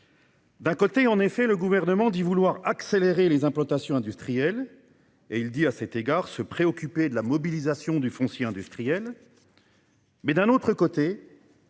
d'un côté, le Gouvernement dit vouloir accélérer les implantations industrielles et affirme, à cet égard, se préoccuper de la mobilisation du foncier industriel. D'un autre côté,